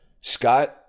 Scott